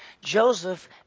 Joseph